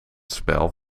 spel